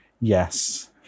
yes